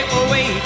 away